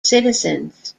citizens